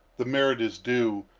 the merit is due,